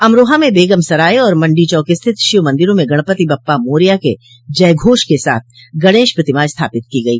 अमरोहा में बेगम सराय और मंडी चौक स्थित शिव मंदिरों में गणपति बप्पा मोरया के जयघोष के साथ गणेश प्रतिमा स्थापित की गई